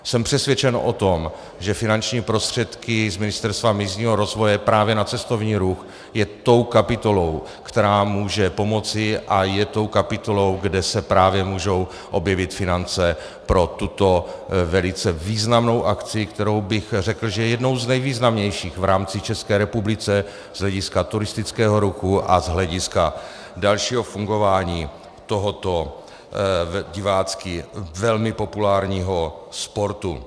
Jsem přesvědčen o tom, že finanční prostředky z Ministerstva pro místní rozvoj právě na cestovní ruch jsou tou kapitolou, která může pomoci, a tou kapitolou, kde se právě můžou objevit finance pro tuto velice významnou akci, o které bych řekl, že je jednou z nejvýznamnějších v rámci České republiky z hlediska turistického ruchu a z hlediska dalšího fungování tohoto divácky velmi populárního sportu.